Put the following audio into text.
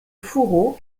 fourreaux